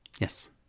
Yes